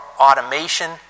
automation